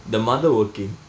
the mother working